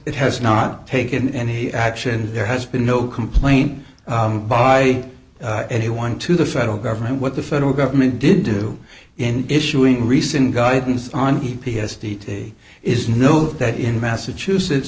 it has not taken any action there has been no complaint by anyone to the federal government what the federal government did do in issuing recent guidance on the p s t is note that in massachusetts